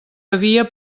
havia